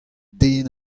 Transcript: den